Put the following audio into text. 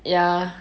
ya